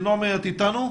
איתנו?